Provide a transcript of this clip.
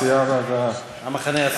סיעת, המחנה הציוני.